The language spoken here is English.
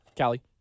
Callie